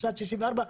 בשנת 1964,